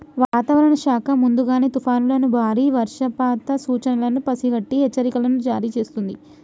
వాతావరణ శాఖ ముందుగానే తుఫానులను బారి వర్షపాత సూచనలను పసిగట్టి హెచ్చరికలను జారీ చేస్తుంది